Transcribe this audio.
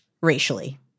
racially